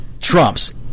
Trump's